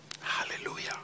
hallelujah